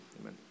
amen